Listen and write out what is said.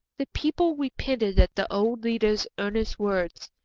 the people repented at the old leader's earnest words,